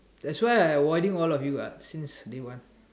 that's why I avoiding all of you what since day one